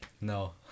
No